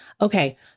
Okay